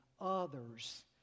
others